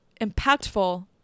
impactful